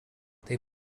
they